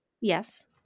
Yes